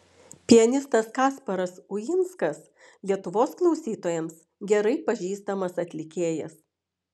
pianistas kasparas uinskas lietuvos klausytojams gerai pažįstamas atlikėjas